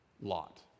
Lot